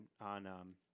on